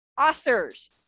authors